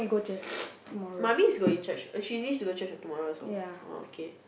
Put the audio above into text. mummy is going church she needs to go church for tomorrow also ya okay